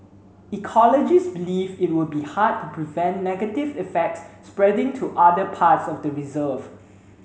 ecologists believe it would be hard to prevent negative effects spreading to other parts of the reserve